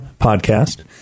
podcast